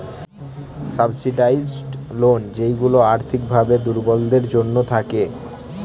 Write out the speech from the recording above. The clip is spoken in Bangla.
সাবসিডাইসড লোন যেইগুলা আর্থিক ভাবে দুর্বলদের জন্য থাকে